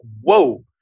whoa